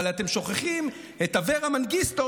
אבל אתם שוכחים את אברה מנגיסטו,